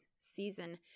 season